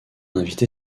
invité